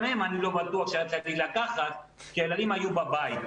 לגביהם אני לא בטוח שהיה צריך לקחת כי הילדים היו בבית.